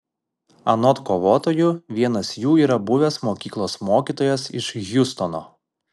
anot kovotojų vienas jų yra buvęs mokyklos mokytojas iš hjustono